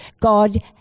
God